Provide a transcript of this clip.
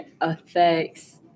affects